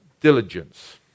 diligence